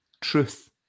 truth